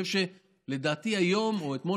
לדעתי היום או אתמול,